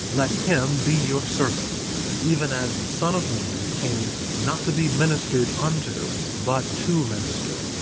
let him be your servant even as the son of man came not to be ministered unto, but to minister,